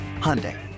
Hyundai